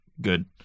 Good